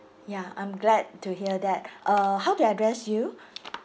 ya I'm glad to hear that uh how do I address you